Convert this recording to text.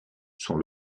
sont